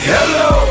Hello